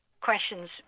questions